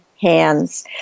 hands